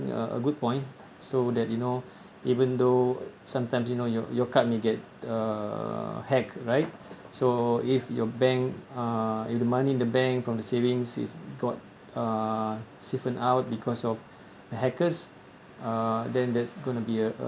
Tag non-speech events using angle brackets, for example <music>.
uh a good point so that you know even though sometimes you know your your card may get uh hacked right so if your bank uh if the money in the bank from the savings is got uh siphoned out because of <breath> the hackers uh then there's gonna be a